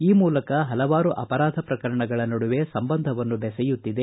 ಈ ಮೂಲಕ ಹಲವಾರು ಅಪರಾಧ ಪ್ರಕರಣಗಳ ನಡುವೆ ಸಂಬಂಧವನ್ನು ಬೆಸೆಯುತ್ತಿದೆ